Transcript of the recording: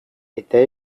eta